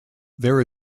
there